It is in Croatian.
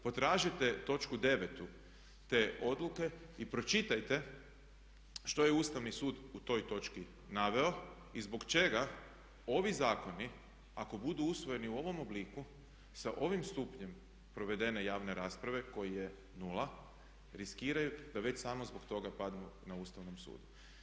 Potražite točku 9. te odluke i pročitajte što je Ustavni sud u toj točki naveo i zbog čega ovi zakoni ako budu usvojeni u ovom obliku sa ovim stupnjem provedene javne rasprave koji je nula riskiraju da već samo zbog toga padnu na Ustavnom sudu.